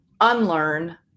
unlearn